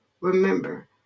Remember